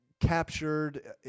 captured